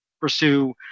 pursue